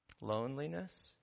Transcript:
loneliness